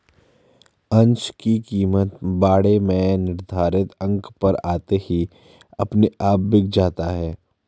अंश की कीमत बाड़े में निर्धारित अंक पर आते ही अपने आप बिक जाता है